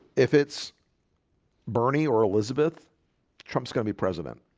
if it's bernie or elizabeth trump's gonna be president,